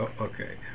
Okay